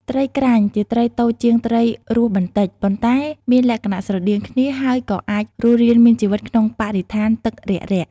ត្រីក្រាញ់ ជាត្រីតូចជាងត្រីរស់បន្តិច ប៉ុន្តែមានលក្ខណៈស្រដៀងគ្នា ហើយក៏អាចរស់រានមានជីវិតក្នុងបរិស្ថានទឹករាក់ៗ។